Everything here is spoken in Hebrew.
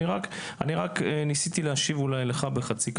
-- אני רק ניסיתי להשיב לך בחצי תשובה,